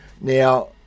Now